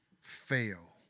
fail